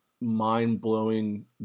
mind-blowing